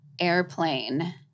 airplane